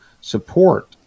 support